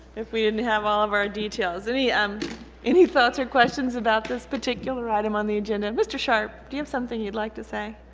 if we didn't have all of our details. any um any thoughts or questions about this particular item on the agenda? and mr. sharpe do you have something you'd like to say?